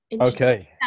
Okay